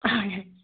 হয়